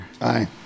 Aye